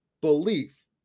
belief